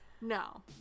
No